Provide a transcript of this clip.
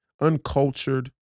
uncultured